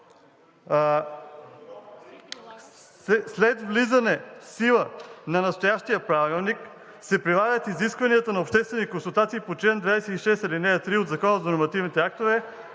след влизане в сила на настоящия Правилник се прилагат изискванията на обществени консултации по чл. 26, ал. 3 от Закона за нормативните актове,